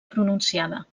pronunciada